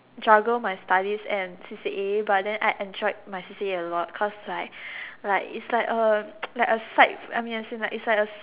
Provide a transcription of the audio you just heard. juggle my studies and C_C_A but then I enjoyed my C_C_A A lot cause like like it's like a like a side I mean as in it's like A